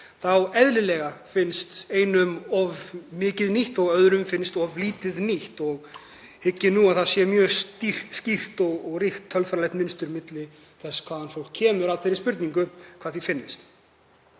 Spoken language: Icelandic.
eðlilega einum of mikið nýtt og öðrum of lítið nýtt. Hygg ég að það sé mjög skýrt og ríkt tölfræðilegt mynstur milli þess hvaðan fólk kemur að þeirri spurningu og hvað því finnst.